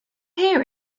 hear